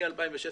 מ-2016,